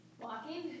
Walking